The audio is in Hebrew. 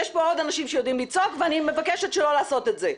יש פה עוד אנשים שיודעים לצעוק ואני מבקשת שלא לעשות את זה.